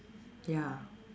ya